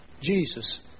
Jesus